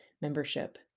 membership